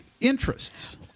interests